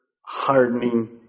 hardening